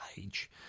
age